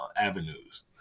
avenues